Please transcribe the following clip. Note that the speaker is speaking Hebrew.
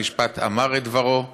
בית-המשפט אמר את דברו.